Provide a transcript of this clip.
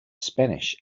spanish